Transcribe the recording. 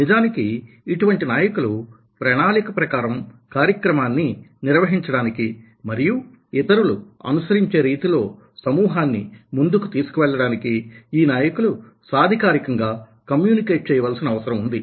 నిజానికి ఇటువంటి నాయకులు ప్రణాళిక ప్రకారం కార్యక్రమాన్ని నిర్వహించడానికి మరియు ఇతరులు అనుసరించే రీతిలో సమూహాన్ని ముందుకు తీసుకువెళ్లడానికి ఈ నాయకులు సాధికారికంగా కమ్యూనికేట్ చేయవలసిన అవసరం ఉంది